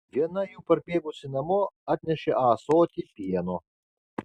viena jų parbėgusi namo atnešė ąsotį pieno